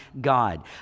God